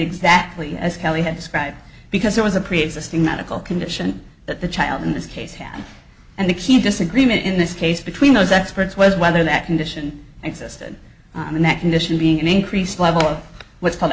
exactly as kelly had described because there was a preexisting medical condition that the child in this case had and the key disagreement in this case between those experts was whether that condition existed and that condition being an increased level of what's called